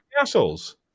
assholes